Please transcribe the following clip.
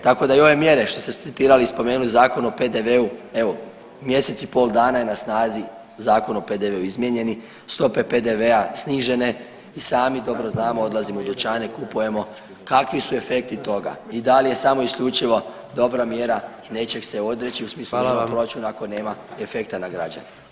Tako da i ove mjere što ste citirali i spomenuli Zakon o PDV-u evo mjesec i pol dana je na snazi Zakon o PDV-u izmijenjeni, stope PDV-a snižene i sami dobro znamo odlazimo u dućane kupujemo kakvi su efekti toga i da li je samo i isključivo dobra mjera nečeg se odreći u smislu [[Upadica predsjednik: Hvala vam.]] državnog proračuna ako nema efekta na građane.